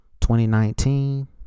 2019